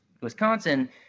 Wisconsin